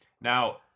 Now